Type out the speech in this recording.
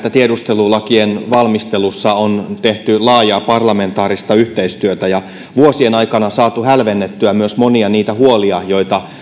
tiedustelulakien valmistelussa on tehty laajaa parlamentaarista yhteistyötä ja vuosien aikana saatu hälvennettyä myös monia huolia joita